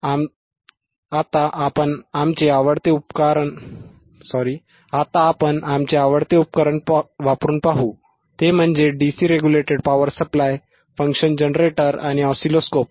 आता आपण आमचे आवडते उपकरण वापरून पाहू ते म्हणजे DC regulated power supply function generator आणि ऑसिलोस्कोप